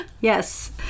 yes